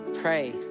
pray